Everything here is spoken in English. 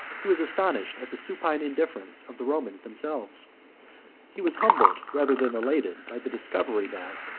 he was astonished at the supine indifference of the romans themselves he was humbled rather than elated by the discovery, that,